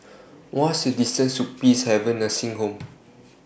wha's The distance to Peacehaven Nursing Home